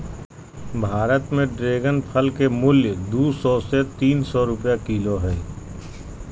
भारत में ड्रेगन फल के मूल्य दू सौ से तीन सौ रुपया किलो हइ